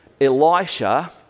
Elisha